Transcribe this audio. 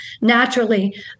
naturally